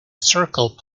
circle